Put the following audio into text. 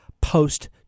post